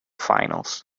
finals